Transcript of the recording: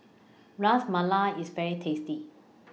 Ras Malai IS very tasty